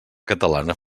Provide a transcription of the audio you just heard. catalana